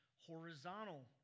horizontal